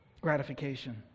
gratification